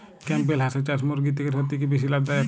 Campbell হাঁসের চাষ মুরগির থেকে সত্যিই কি বেশি লাভ দায়ক?